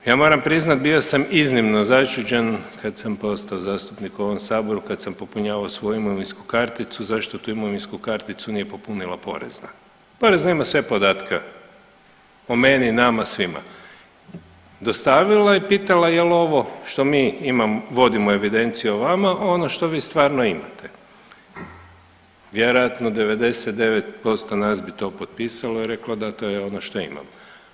Ja moram priznat bio sam iznimno začuđen kad sam postao zastupnik u ovom saboru kad sam popunjavao svoju imovinsku karticu zašto tu imovinsku karticu nije popunila porezna, porezna ima sve podatke o meni, nama, svima, dostavila je i pitala jel ovo što mi vodimo evidenciju o vama ono što vi stvarno imate, vjerojatno 99% nas bi to potpisalo i reklo da to je ono što imamo.